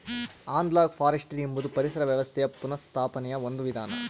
analogue forestry ಎಂಬುದು ಪರಿಸರ ವ್ಯವಸ್ಥೆಯ ಪುನಃಸ್ಥಾಪನೆಯ ಒಂದು ವಿಧಾನ